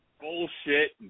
bullshit